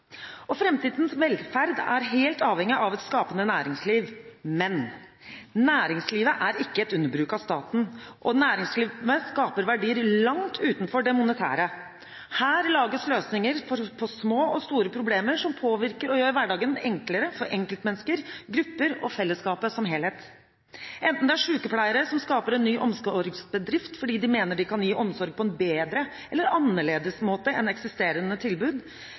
og framtidens velferd er helt avhengig av et skapende næringsliv. Men næringslivet er ikke et underbruk av staten, og næringslivet skaper verdier langt utenfor det monetære. Her lages løsninger på små og store problemer som påvirker og gjør hverdagen enklere for enkeltmennesker, grupper og fellesskapet som helhet, enten det er sykepleiere som skaper en ny omsorgsbedrift fordi de mener de kan gi omsorg på en bedre eller annerledes måte enn eksisterende tilbud,